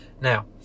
Now